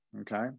okay